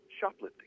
shoplifting